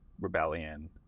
Rebellion